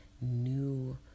new